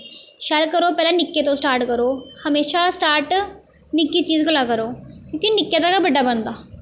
शैल करो पैह्लें निक्के तो स्टार्ट करो हमेशा स्टार्ट निक्की चीज़ कोला करो कि निक्के दा गै बड्डा बनदा